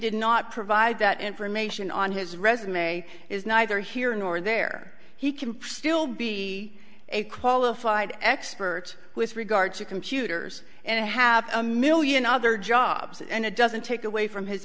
did not provide that information on his resume is neither here nor there he can still be a qualified expert with regard to computers and have a million other jobs and it doesn't take away from his